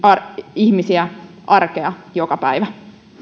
ihmisiä arkea joka päivä